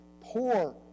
poor